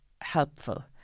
helpful